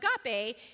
agape